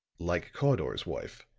like cawdor's wife,